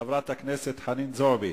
חברת הכנסת חנין זועבי.